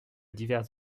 divers